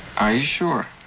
are you sure?